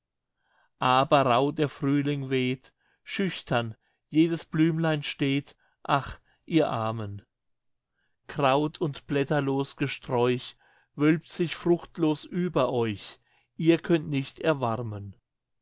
aber rauh der frühling weht schüchtern jedes blümlein steht ach ihr armen kraut und blätterlos gesträuch wölbt sich fruchtlos über euch ihr könnt nicht erwarmen